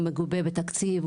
מגובה בתקציב?